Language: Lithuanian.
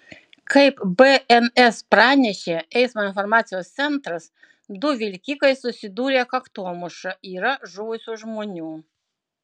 kaip bns pranešė eismo informacijos centras du vilkikai susidūrė kaktomuša yra žuvusių žmonių